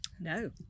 No